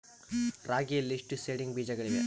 ರಾಗಿಯಲ್ಲಿ ಎಷ್ಟು ಸೇಡಿಂಗ್ ಬೇಜಗಳಿವೆ?